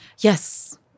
Yes